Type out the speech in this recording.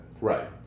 right